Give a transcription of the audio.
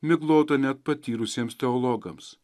miglota net patyrusiems teologams